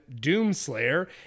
Doomslayer